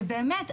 שבאמת,